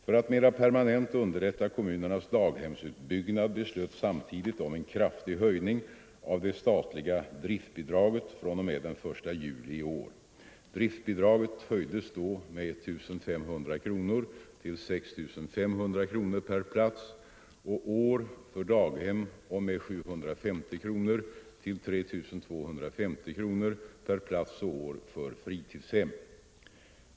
För att mera permanent underlätta kommunernas daghemsutbyggnad beslöts samtidigt om en kraftig höjning av det statliga driftbidraget fr.o.m. den 1 juli i år. Driftbidraget höjdes då med 1 500 kronor till 6 500 kronor per plats och år för daghem och med 750 kronor till 3 250 kronor per plats och år för fritidshem.